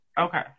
Okay